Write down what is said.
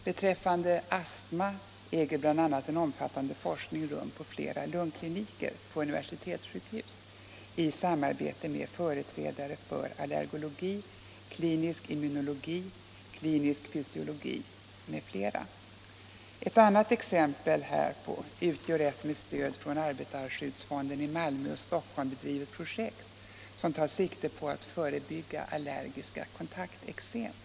Beträffande astma äger bl.a. en omfattande forskning rum på flera lungkliniker på universitetssjukhus i samarbete I med företrädare för allergologi, klinisk immunologi, klinisk fysiologi Om bekämpandet m.fl. Ett annat exempel härpå utgör ett med stöd från arbetarskydds = av allergiska fonden i Malmö och Stockholm bedrivet projekt som tar sikte på att — sjukdomar förebygga allergiska kontakteksem.